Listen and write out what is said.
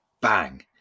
bang